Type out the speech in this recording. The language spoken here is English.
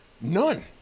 None